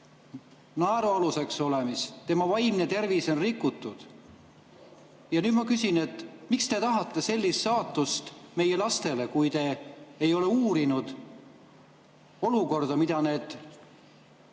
naerualuseks olemist, tema vaimne tervis on rikutud. Ja nüüd ma küsin: miks te tahate sellist saatust meie lastele, kui te ei ole uurinud olukorda, mida need